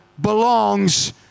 belongs